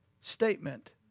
statement